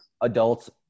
Adults